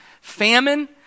Famine